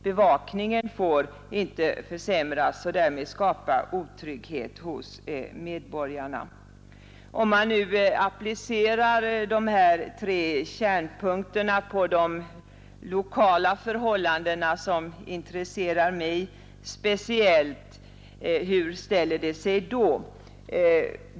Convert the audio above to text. Bevakningen får inte eftersättas så att man skapar otrygghet hos medborgarna. Om man nu applicerar de här tre kärnpunkterna på de lokala förhållandena, som intresserar mig speciellt, hur ställer det sig då?